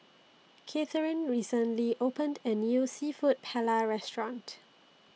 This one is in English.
Katherin recently opened A New Seafood Paella Restaurant